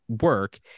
work